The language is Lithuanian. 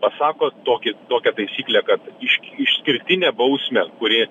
pasako tokį tokią taisyklę kad išk išskirtinę bausmę kuri